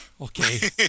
Okay